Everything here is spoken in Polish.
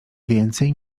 więcej